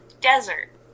desert